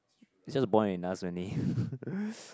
it's just the boy in us only